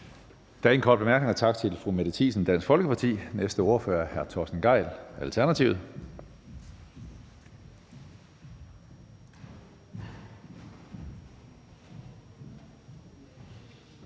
Der er ingen korte bemærkninger. Tak til fru Mette Thiesen, Dansk Folkeparti. Næste ordfører er hr. Torsten Gejl, Alternativet.